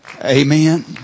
Amen